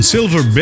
Silver